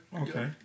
Okay